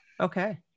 Okay